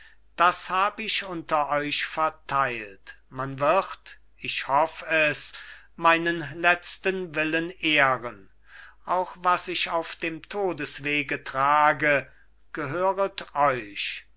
das hab ich unter euch verteilt man wird ich hoff es meinen letzten willen ehren auch was ich auf dem todeswege trage gehöret euch